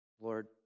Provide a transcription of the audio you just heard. Lord